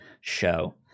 show